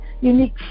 unique